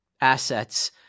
assets